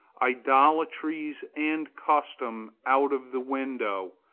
idolatries and customs out of the window,